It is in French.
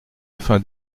afin